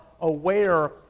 aware